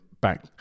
back